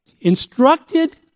instructed